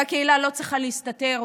אותה קהילה לא צריכה להסתתר,